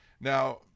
Now